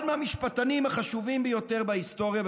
אחד המשפטנים החשובים ביותר בהיסטוריה,